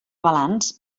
balanç